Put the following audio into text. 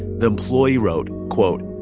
the employee wrote, quote,